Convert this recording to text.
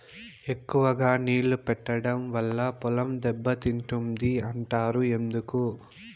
ఎక్కువగా నీళ్లు పెట్టడం వల్ల పొలం దెబ్బతింటుంది అంటారు ఎందుకు?